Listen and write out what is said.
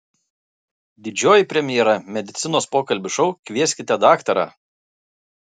didžioji premjera medicinos pokalbių šou kvieskite daktarą